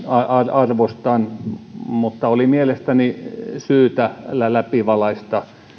arvostan mutta oli mielestäni syytä läpivalaista